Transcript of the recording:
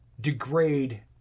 degrade